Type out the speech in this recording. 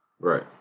Right